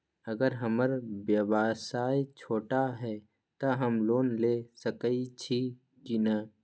अगर हमर व्यवसाय छोटा है त हम लोन ले सकईछी की न?